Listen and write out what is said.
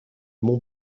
mont